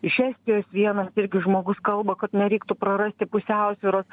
iš estijos vienas irgi žmogus kalba kad nereiktų prarasti pusiausvyros